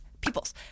peoples